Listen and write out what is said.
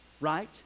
right